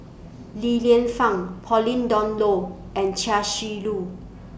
Li Lienfung Pauline Dawn Loh and Chia Shi Lu